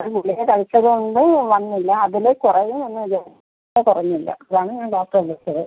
ആ ഗുളിക കഴിച്ചതുകൊണ്ട് വന്നില്ല അതിൽ കുറയും എന്ന് വിചാരിച്ചു കുറഞ്ഞില്ല അതാണ് ഞാൻ ഡോക്ടറെ വിളിച്ചത്